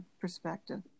perspective